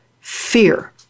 fear